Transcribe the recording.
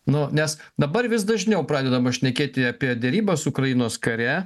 nu nes dabar vis dažniau pradedama šnekėti apie derybas ukrainos kare